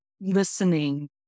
listening